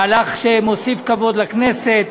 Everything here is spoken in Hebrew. מהלך שמוסיף כבוד לכנסת,